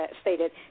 stated